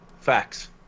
facts